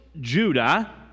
Judah